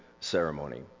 ceremony